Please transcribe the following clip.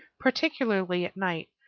particularly at night,